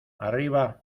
arriba